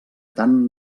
tant